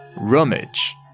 Rummage